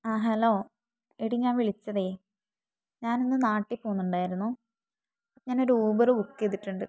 ആ ഹലോ എടി ഞാൻ വിളിച്ചതേ ഞാനൊന്ന് നാട്ടിൽ പോകുന്നുണ്ടായിരുന്നു ഞാനൊരു ഊബർ ബുക്ക് ചെയ്തിട്ടുണ്ട്